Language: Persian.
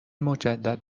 مجدد